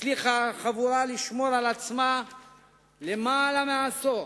הצליחה החבורה לשמור על עצמה למעלה מעשור.